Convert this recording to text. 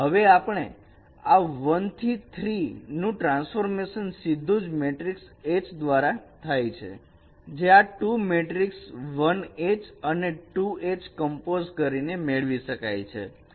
હવે આ 1 થી 3 નું ટ્રાન્સફોર્મેશન સીધું જ મેટ્રિકસ H દ્વારા થાય છે જે આ 2 મેટ્રિકસ 1H અને 2H કમ્પોઝ કરીને મેળવી શકાય છે